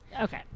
Okay